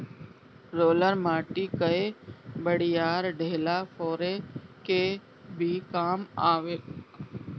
roller माटी कअ बड़ियार ढेला फोरे के भी काम आवेला